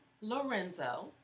Lorenzo